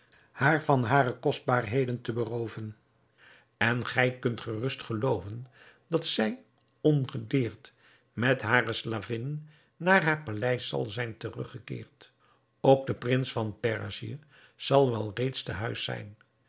haar van hare kostbaarheden te berooven en gij kunt gerust gelooven dat zij ongedeerd met hare slavinnen naar haar paleis zal zijn teruggekeerd ook de prins van perzië zal wel reeds te huis zijn